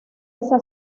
esa